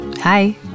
Hi